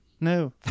No